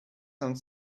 some